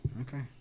Okay